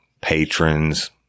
patrons